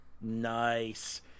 Nice